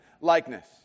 likeness